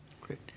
Great